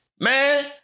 Man